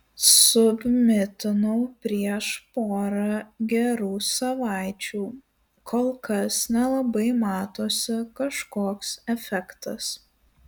submitinau prieš pora gerų savaičių kol kas nelabai matosi kažkoks efektas